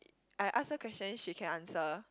I ask her question she can answer